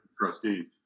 trustee